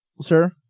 Sir